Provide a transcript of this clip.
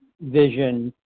vision